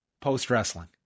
post-wrestling